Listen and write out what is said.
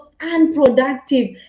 unproductive